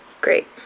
Great